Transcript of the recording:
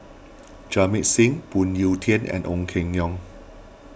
Jamit Singh Phoon Yew Tien and Ong Keng Yong